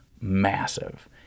massive